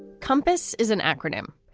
compass is an acronym.